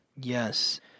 Yes